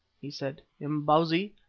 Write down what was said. he said, imbozwi,